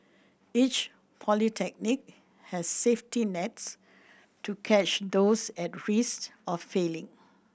each polytechnic has safety nets to catch those at of failing